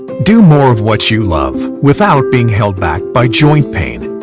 do more of what you love without being held back by joint pain.